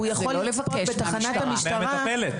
הוא יכול לבקש בתחנת המשטרה.